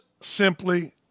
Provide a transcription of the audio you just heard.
simply